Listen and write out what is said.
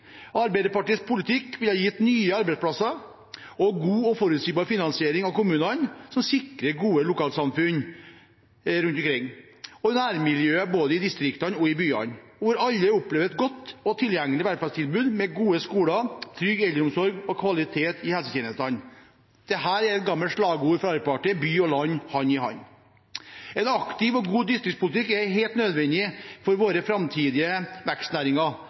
Arbeiderpartiets politikk ville gitt nye arbeidsplasser og en god og forutsigbar finansiering av kommunene, som sikret gode lokalsamfunn rundt omkring og i nærmiljøet – både i distriktene og i byene – hvor alle opplevde et godt og tilgjengelig velferdstilbud med gode skoler, trygg eldreomsorg og kvalitet i helsetjenestene. Dette er gammelt slagord fra Arbeiderpartiet: «By og land hand i hand.» En aktiv og god distriktspolitikk er helt nødvendig for våre framtidige vekstnæringer